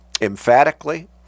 emphatically